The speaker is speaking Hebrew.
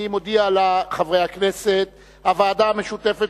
אני מודיע לחברי הכנסת: הוועדה המשותפת